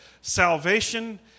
salvation